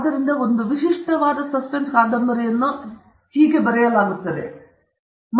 ಆದ್ದರಿಂದ ಒಂದು ವಿಶಿಷ್ಟವಾದ ಸಸ್ಪೆನ್ಸ್ ಕಾದಂಬರಿಯನ್ನು ಹೇಗೆ ಬರೆಯಲಾಗಿದೆ ಎಂಬುದು